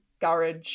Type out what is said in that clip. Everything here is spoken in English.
garage